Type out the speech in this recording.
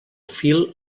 fil